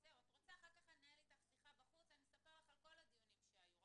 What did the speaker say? אחר כך אנהל איתך שיחה ואספר לך על כל הדיונים שהיו.